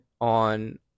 on